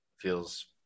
Feels